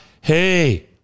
Hey